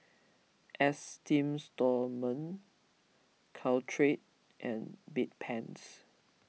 Esteem Stoma Caltrate and Bedpans